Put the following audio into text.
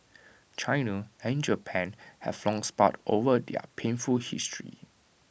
China and Japan have long sparred over their painful history